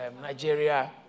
Nigeria